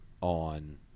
on –